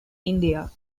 india